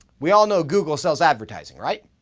we all know google sells advertising, right?